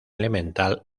elemental